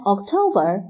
October